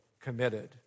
committed